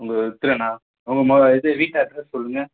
உங்கள் உங்கள் இது வீட்டு அட்ரஸ் சொல்லுங்கள்